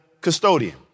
custodian